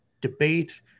debate